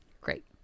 Great